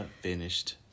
finished